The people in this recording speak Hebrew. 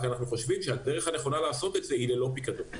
רק אנחנו חושבים שהדרך הנכונה לעשות את זה היא ללא פיקדון.